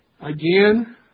Again